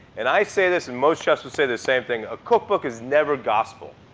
and i say this, and most chefs will say the same thing, a cookbook is never gospel.